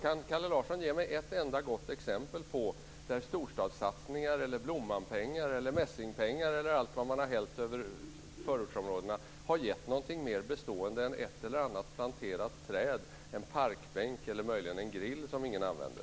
Kan Kalle Larsson ge mig ett enda gott exempel på där storstadssatsningar eller Blommanpengar eller Messingpengar eller allt vad man har hällt över förortsområdena har gett någonting mer bestående än ett eller annat planterat träd, en parkbänk eller möjligen en grill som ingen använder?